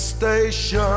station